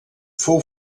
fou